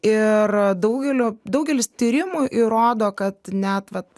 ir daugelio daugelis tyrimų įrodo kad net vat